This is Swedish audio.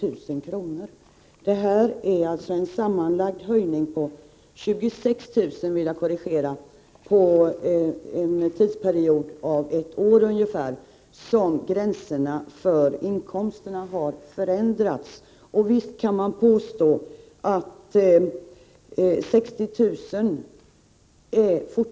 Under en tidsperiod av ungefär ett år har inkomstgränserna höjts med 26 000 kr. Visst kan man påstå att även 60 000 kr.